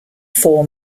four